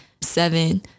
seven